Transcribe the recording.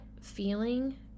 feeling